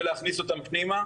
ולהכניס אותן פנימה.